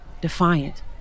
Defiant